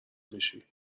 میشی